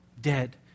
dead